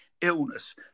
illness